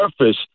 surface